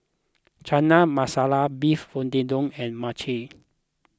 Chana Masala Beef and Mochi